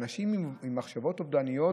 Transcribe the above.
שאנשים עם מחשבות אובדניות